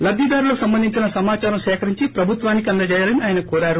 లబ్దిదారులకు సంబంధించిన సమాచారం సేకరించి ప్రభుత్వానికి అందజేయాలని ఆయన కోరారు